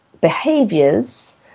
behaviors